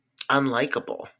unlikable